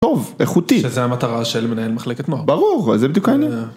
טווב איכותי. שזה המטרה של מנהל מחלקת נוער. ברור, זה בדיוק העניין.